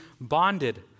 bonded